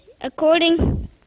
according